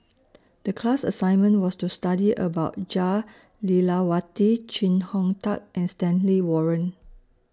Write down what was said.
The class assignment was to study about Jah Lelawati Chee Hong Tat and Stanley Warren